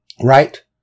Right